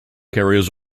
carries